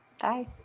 Bye